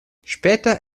später